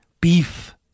beef